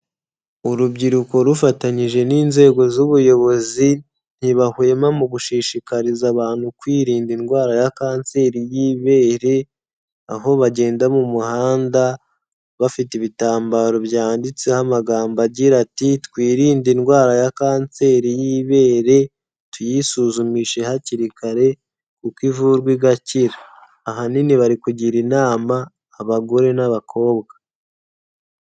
Urubyiruko rufatanyije n'inzego z'Ubuyobozi, ntibahwema mu gushishikariza abantu kwirinda indwara ya kanseri y'ibere, aho bagenda mu muhanda bafite ibitambaro byanditseho amagambo agira ati:"Twirinde indwara ya kanseri y'ibere, tuyisuzumishe hakiri kare kuko ivurwa igakira." Ahanini bari kugira inama abagore n'abakobwa.